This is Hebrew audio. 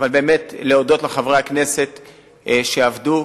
להודות לחברי הכנסת שעבדו,